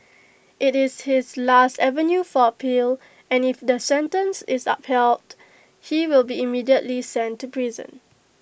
IT is his last avenue for appeal and if the sentence is upheld he will be immediately sent to prison